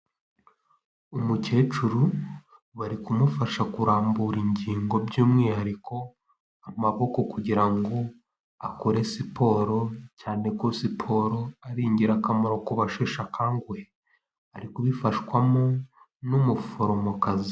Umukecuru bari kumufasha kurambura ingingo by'umwihariko, amaboko kugira ngo akore siporo, cyane ko siporo ari ingirakamaro ku basheshe akanguhe. Ari kubifashwamo n'umuforomokazi.